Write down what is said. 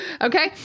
Okay